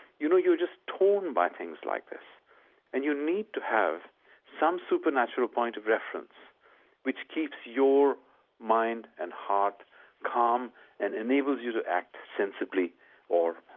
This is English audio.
you know you're just torn by things like this and you need to have some supernatural point of reference which keeps your mind and heart calm and enables you to act sensibly